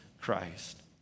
Christ